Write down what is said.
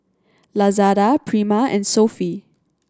Lazada Prima and Sofy